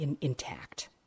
intact